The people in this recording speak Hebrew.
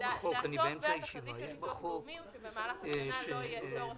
דעתו והתחזית של ביטוח הלאומי היא שבמהלך השנה לא יהיה צורך בשיפוי,